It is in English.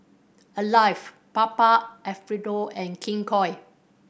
Alive Papa Alfredo and King Koil